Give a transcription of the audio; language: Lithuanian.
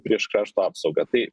prieš krašto apsaugą tai